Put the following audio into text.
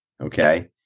okay